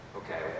okay